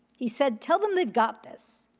he said, tell them they've got this.